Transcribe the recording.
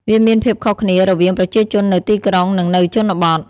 វាមានភាពខុសគ្នារវាងប្រជាជននៅទីក្រុងនិងនៅជនបទ។